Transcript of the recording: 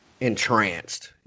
entranced